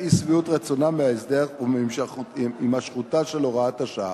אי-שביעות רצונם מההסדר ומהימשכות הוראת השעה.